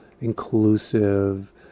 inclusive